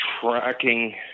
tracking